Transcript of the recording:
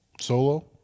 Solo